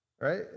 right